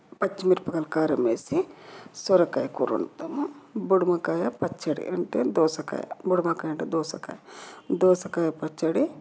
పచ్చిమిరపకాయల కారం వేసి సొరకాయ కూర వండుతాము బుడుమకాయ పచ్చడి అంటే దోసకాయ బుడుమకాయ అంటే దోసకాయ దోసకాయ పచ్చడి